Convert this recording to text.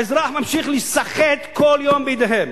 האזרח ממשיך להיסחט כל יום בידיהם.